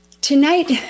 tonight